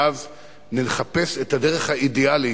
ואז נחפש את הדרך האידיאלית